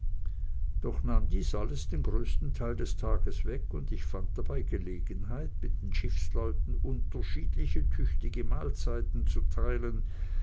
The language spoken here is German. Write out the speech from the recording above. doch nahm dies alles den größten teil des tages weg und ich fand dabei gelegenheit mit den schiffsleuten unterschiedliche tüchtige mahlzeiten zu teilen